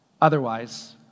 Otherwise